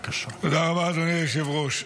היושב-ראש.